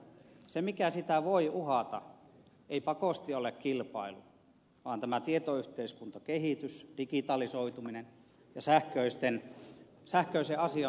se mikä sitä voi uhata ei pakosti ole kilpailu vaan tämä tietoyhteiskuntakehitys digitalisoituminen ja sähköisen asioinnin lisääntyminen